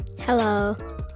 Hello